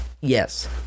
Yes